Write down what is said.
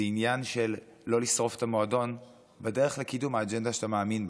זה עניין של לא לשרוף את המועדון בדרך לקידום האג'נדה שאתה מאמין בה.